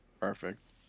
Perfect